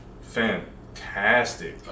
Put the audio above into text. fantastic